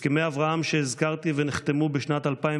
הסכמי אברהם שהזכרתי, שנחתמו בשנת 2020,